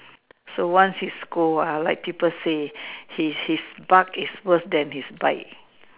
so once he scold I'll like people say his his bark is worse than his bite